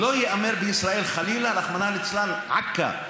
לא ייאמר בישראל, חלילה, רחמנא ליצלן: עכא.